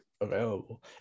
available